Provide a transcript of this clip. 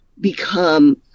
become